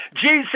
jesus